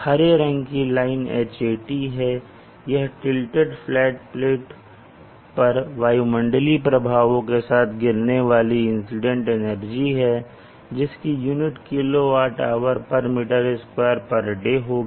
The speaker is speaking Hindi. हरे रंग की लाइन Hat है यह टिलटेड फ्लैट प्लेट पर वायुमंडलीय प्रभावों के साथ गिरने वाली इंसीडेंट एनर्जी है जिसकी यूनिट kWhm2day होगी